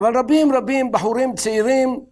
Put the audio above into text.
ורבים רבים בחורים צעירים